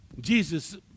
Jesus